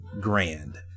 grand